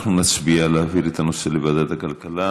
אנחנו נצביע על להעביר את הנושא לוועדת הכלכלה.